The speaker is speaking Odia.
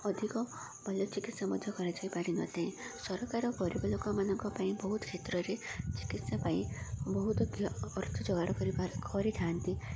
ଅଧିକ ଭଲ ଚିକିତ୍ସା ମଧ୍ୟ କରାଯାଇପାରିନଥାଏ ସରକାର ଗରିବ ଲୋକମାନଙ୍କ ପାଇଁ ବହୁତ କ୍ଷେତ୍ରରେ ଚିକିତ୍ସା ପାଇଁ ବହୁତ ଅର୍ଥ ଯୋଗାଡ଼ କରିଥାନ୍ତି